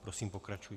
Prosím, pokračujte.